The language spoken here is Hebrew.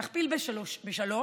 נכפיל בשלושה